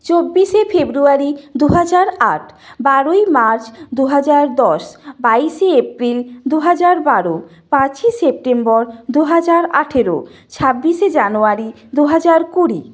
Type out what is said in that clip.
চব্বিশে ফেব্রুয়ারি দু হাজার আট বারোই মার্চ দু হাজার দশ বাইশে এপ্রিল দু হাজার বারো পাঁচই সেপ্টেম্বর দু হাজার আঠেরো ছাব্বিশে জানুয়ারি দু হাজার কুড়ি